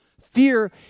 Fear